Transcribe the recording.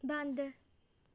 ਬੰਦ